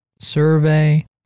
Survey